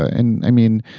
and i mean,